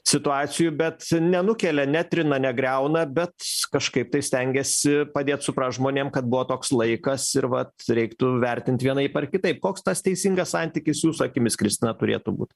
situacijų bet nenukelia netrina negriauna bet kažkaip tai stengiasi padėt suprast žmonėm kad buvo toks laikas ir vat reiktų vertint vienaip ar kitaip koks tas teisingas santykis jūsų akimis kristina turėtų būt